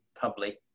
public